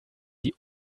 die